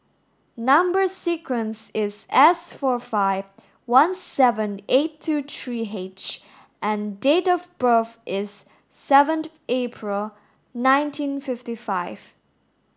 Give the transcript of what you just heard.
number sequence is S four five one seven eight two three H and date of birth is seven April nineteen fifty five